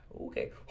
Okay